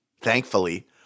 thankfully